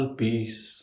peace